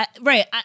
Right